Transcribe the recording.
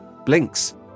Blinks